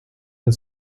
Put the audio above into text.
and